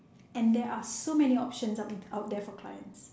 and there are so many options out out there for clients